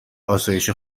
آسایش